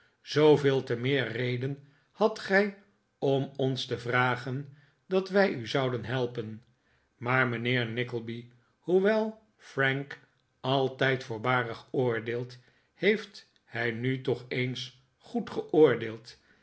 zooveel te meer reden hadt gij om ons te vragen dat wij u zouden helpen maar mijnheer nickleby hoewel frank altijd voorbarig oordeelt heeft hij nu toch eens goed